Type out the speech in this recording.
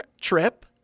trip